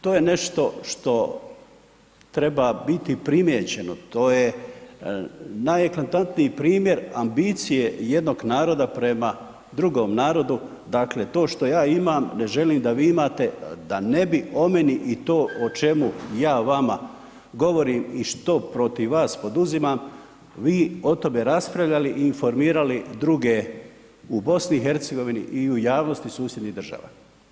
To je nešto što treba biti primijećeno, to je najeklatantniji primjer ambicije jednog naroda prema drugom narodu, dakle, to što ja imam, ne želim da vi imate, da ne bi o meni i to o čemu ja vama govorim i što protiv vas poduzimam, vi o tome raspravljali i informirali druge u BiH i u javnosti susjednih država.